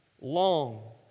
long